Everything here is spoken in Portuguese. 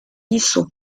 isso